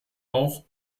auch